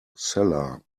cellar